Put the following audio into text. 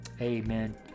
Amen